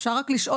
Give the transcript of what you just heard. אפשר רק לשאול?